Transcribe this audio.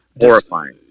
horrifying